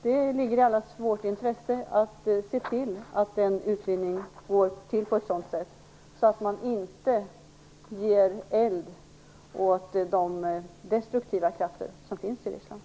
Det ligger i allas vårt intresse att se till att den utvidgningen går till på ett sådant sätt att man inte ger eld åt de destruktiva krafter som finns i Ryssland.